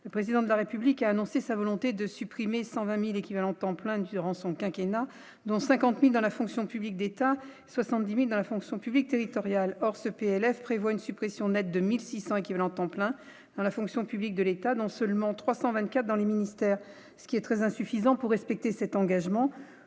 le président de la République a annoncé sa volonté de supprimer 120000 équivalents temps plein durant son quinquennat dont 50000 dans la fonction publique d'État 70000 dans la fonction publique territoriale, or ce PLF prévoit une suppression nette 2600 équivalents temps plein dans la fonction publique de l'État, dont seulement 324 dans les ministères, ce qui est très insuffisant pour respecter cet engagement,